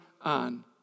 on